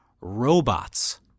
robots